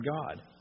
God